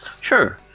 Sure